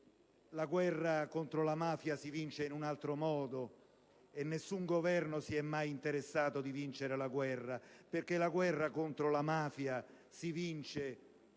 la guerra contro la mafia si vince in un altro modo, e nessun Governo si è mai interessato a vincere la guerra, perché la guerra contro la mafia si vince con il lavoro e con